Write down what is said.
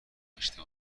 داشته